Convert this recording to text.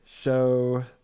Show